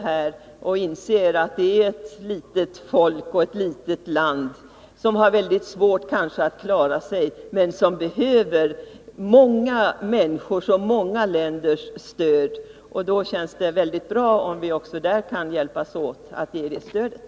Vi måste inse att det är ett litet folk och ett litet land som har väldigt svårt att klara sig och som behöver många människors och många länders stöd. Då känns det mycket bra om vi kan hjälpas åt att ge det stödet.